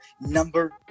number